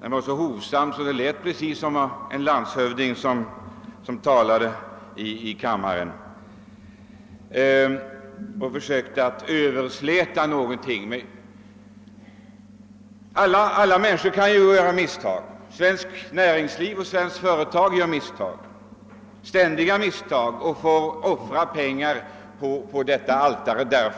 Den var så hovsam, att det lät precis som om en landshövding talade i kammaren och försökte översläta misstagen i detta sammanhang. Alla människor kan ju göra misstag. Svenskt näringsliv och svenska företag gör misstag, ständiga misstag och får offra pengar på